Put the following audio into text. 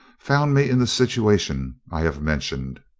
found me in the situation i have mentioned.